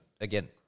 again